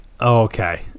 Okay